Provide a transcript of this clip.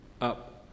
up